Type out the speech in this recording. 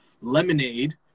Lemonade